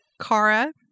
Kara